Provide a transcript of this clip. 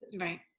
right